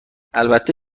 البته